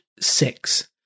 six